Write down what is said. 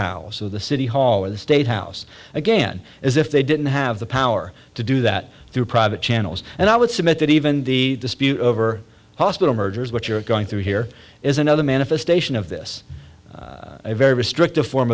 house of the city hall or the state house again as if they didn't have the power to do that through private channels and i would submit that even the dispute over hospital mergers what you're going through here is another manifestation of this very restrictive form